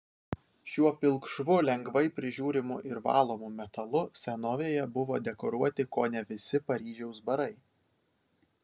šiuo pilkšvu lengvai prižiūrimu ir valomu metalu senovėje buvo dekoruoti kone visi paryžiaus barai